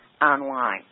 online